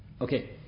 Okay